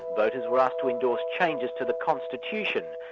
voters were asked to endorse changes to the constitution,